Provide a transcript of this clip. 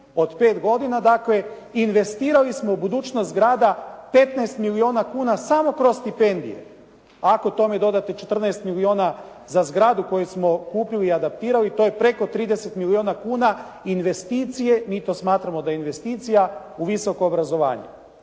od 5 godina. Dakle, investirali smo u budućnost grada 15 milijuna kuna samo kroz stipendije. Ako tome dodate 14 milijuna za zgradu koju smo kupili i adaptirali to je preko 30 milijuna kuna investicije. Mi to smatramo da je investicija u visoko obrazovanje.